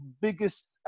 biggest